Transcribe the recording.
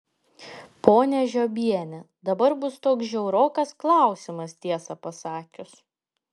ponia žiobiene dabar bus toks žiaurokas klausimas tiesą pasakius